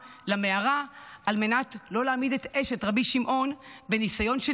למערה על מנת לא להעמיד את אשת רבי שמעון בניסיון של